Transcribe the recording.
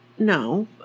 No